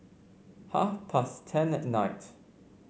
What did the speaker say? half past ten at night